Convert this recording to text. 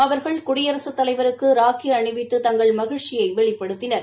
அவர்கள் குடியரசுத் தலைவருக்கு ராக்கி அணிவித்து தங்கள் மகிழ்ச்சியை வெளிப்படுத்தினர்